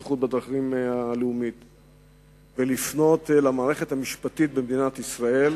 לבטיחות בדרכים ולפנות למערכת המשפטית במדינת ישראל